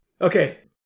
Okay